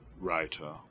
writer